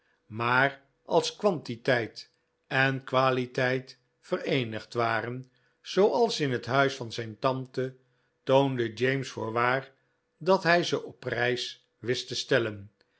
maar als kwantiteit en kwaliteit vereenigd waren zooals in het huis van zijn tante toonde james voorwaar dat hij ze op prijs wist te stellen